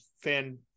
fan